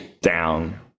down